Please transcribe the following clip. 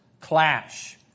clash